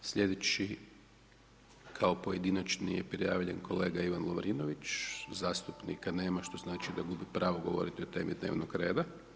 Sljedeći kao pojedinačni je prijavljen kolega Ivan Lovrinović, zastupnika nema što znači da gubi pravo govoriti o temi dnevnog reda.